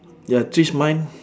ya trees mine